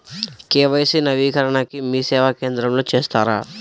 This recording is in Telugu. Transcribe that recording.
కే.వై.సి నవీకరణని మీసేవా కేంద్రం లో చేస్తారా?